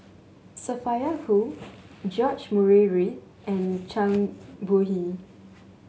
Sophia Hull George Murray Reith and Zhang Bohe